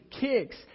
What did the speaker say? kicks